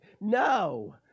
No